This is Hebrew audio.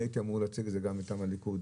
אני הייתי אמור להציג את זה גם מטעם הליכוד.